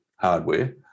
Hardware